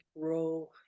grow